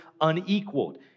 unequaled